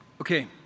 Okay